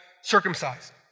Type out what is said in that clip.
circumcised